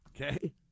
okay